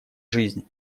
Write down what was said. жизнь